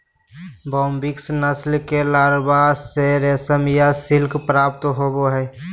Bombyx नस्ल के larva से रेशम या सिल्क प्राप्त होबा हइ